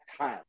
time